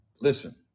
Listen